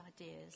ideas